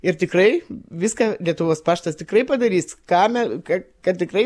ir tikrai viską lietuvos paštas tikrai padarys ką me kad kad tikrai